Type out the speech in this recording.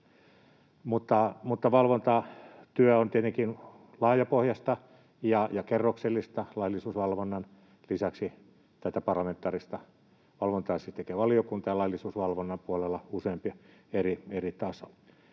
Mutta valvontatyö on tietenkin laajapohjaista ja kerroksellista. Laillisuusvalvonnan lisäksi tätä parlamentaarista valvontaa siis tekee valiokunta ja laillisuusvalvonnan puolella useampi eri taso.